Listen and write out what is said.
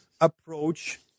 approach